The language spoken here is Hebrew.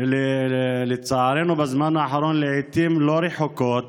לצערנו בזמן האחרון לעיתים לא רחוקות